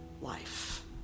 life